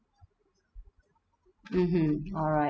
mmhmm alright